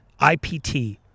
IPT